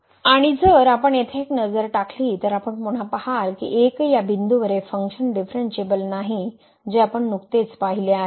आणि जर आपण येथे एक नजर टाकली तर आपण पुन्हा पहाल की 1 या बिंदूवर हे फंक्शन डिफरनशिएबल नाही जे आपण नुकतेच पाहिले आहे